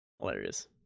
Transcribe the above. hilarious